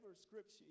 scripture